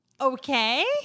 Okay